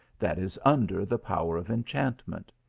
that is under the power of enchantment.